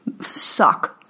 suck